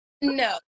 No